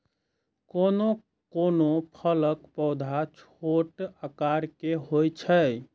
कोनो कोनो फलक पौधा छोट आकार के होइ छै